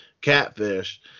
catfish